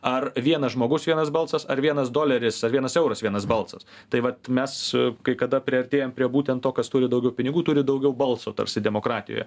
ar vienas žmogus vienas balsas ar vienas doleris ar vienas euras vienas balsas tai vat mes kai kada priartėjam prie būtent to kas turi daugiau pinigų turi daugiau balso tarsi demokratijoje